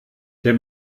der